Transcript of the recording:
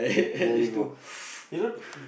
there you go you know